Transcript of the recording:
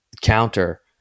counter